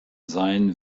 sein